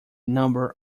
number